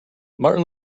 martin